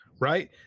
right